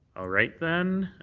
ah right, then,